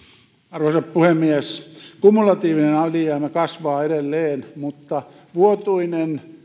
arvoisa puhemies kumulatiivinen alijäämä kasvaa edelleen mutta vuotuinen